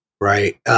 right